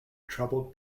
troubled